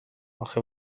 اخه